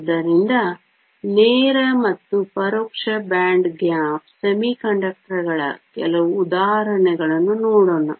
ಆದ್ದರಿಂದ ನೇರ ಮತ್ತು ಪರೋಕ್ಷ ಬ್ಯಾಂಡ್ ಗ್ಯಾಪ್ ಅರೆವಾಹಕಗಳ ಕೆಲವು ಉದಾಹರಣೆಗಳನ್ನು ನೋಡೋಣ